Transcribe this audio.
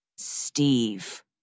Steve